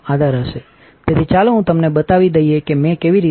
તેથી ચાલો હું તમને બતાવી દઇએ કે મેં તે કેવી રીતે કર્યું